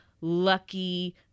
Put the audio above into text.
lucky